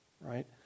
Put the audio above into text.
Right